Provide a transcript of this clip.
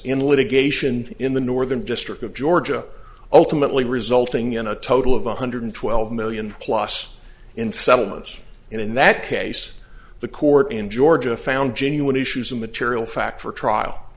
in litigation in the northern district of georgia ultimately resulting in a total of one hundred twelve million plus in settlements and in that case the court in georgia found genuine issues of material fact for trial